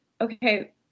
okay